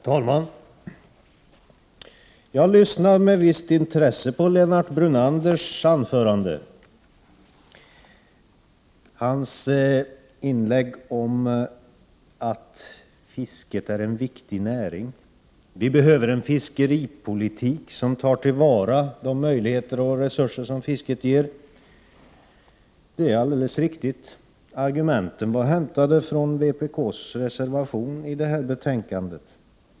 Herr talman! Jag lyssnar med ett visst intresse till Lennart Brunanders anförande. Han sade i sitt inlägg att fisket är en viktig näring och att vi behöver en fiskeripolitik som tar till vara de möjligheter och resurser fisket ger. Det är alldeles riktigt. Argumenten var hämtade från vpk:s reservation i detta betänkande.